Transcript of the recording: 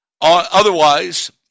Otherwise